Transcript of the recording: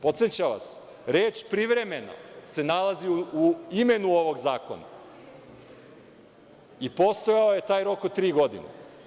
Podsećam vas, reč privremeno se nalazi u imenu ovog zakona i postojao je taj rok od tri godine.